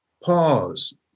Pause